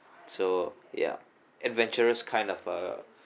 so ya adventurous kind of uh